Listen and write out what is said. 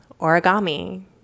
origami